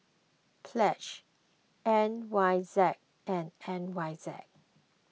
Pledge N Y Z and N Y Z